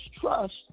Trust